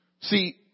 See